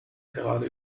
gerade